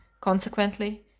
consequently